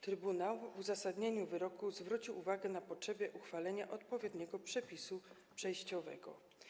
Trybunał w uzasadnieniu wyroku zwrócił uwagę na potrzebę uchwalenia odpowiedniego przepisu przejściowego.